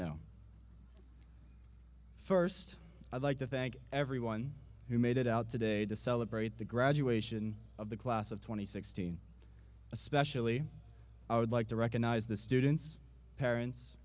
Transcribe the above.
know first i'd like to thank everyone who made it out today to celebrate the graduation of the class of two thousand and sixteen especially i would like to recognize the students parents